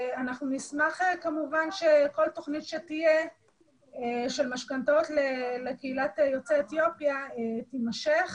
אנחנו כמובן נשמח שכל תוכנית שתהיה של משכנתאות ליוצאי אתיופיה תימשך